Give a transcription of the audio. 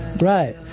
Right